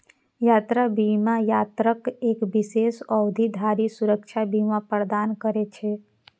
यात्रा बीमा यात्राक एक विशेष अवधि धरि सुरक्षा बीमा प्रदान करै छै